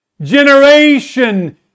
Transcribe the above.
generation